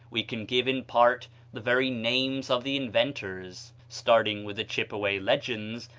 we can give in part the very names of the inventors. starting with the chippeway legends,